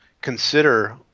consider